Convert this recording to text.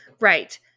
right